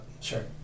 sure